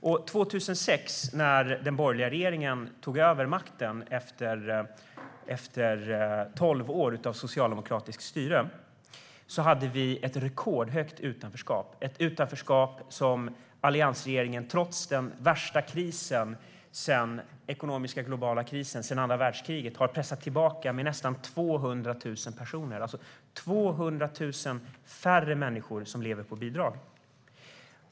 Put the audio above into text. År 2006, när den borgerliga regeringen tog över makten efter tolv år av socialdemokratiskt styre, hade vi ett rekordhögt utanförskap, ett utanförskap som alliansregeringen trots den värsta globala ekonomiska krisen sedan andra världskriget pressade tillbaka med nästan 200 000 personer. Det är alltså 200 000 färre som lever på bidrag.